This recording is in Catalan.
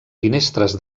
finestres